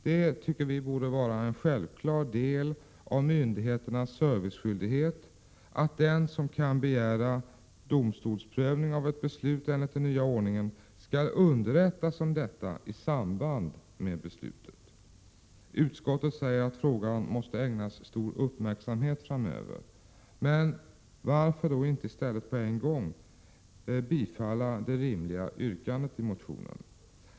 Det borde vara en självklar del av myndigheternas serviceskyldighet, anser vi, att den som enligt den nya ordningen kan begära domstolsprövning av ett beslut skall underrättas om detta i samband med beslutet. Utskottet säger att frågan måste ägnas stor uppmärksamhet framöver. Men varför inte i stället på en gång bifalla det rimliga yrkandet i motionen?